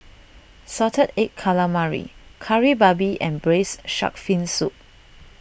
Salted Egg Calamari Kari Babi and Braised Shark Fin Soup